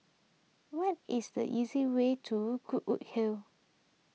what is the easy way to Goodwood Hill